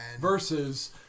Versus